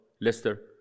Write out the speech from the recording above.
Lester